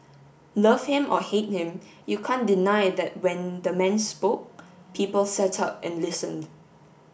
love him or hate him you can't deny that when the man spoke people sat up and listened